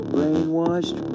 Brainwashed